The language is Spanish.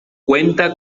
cuenta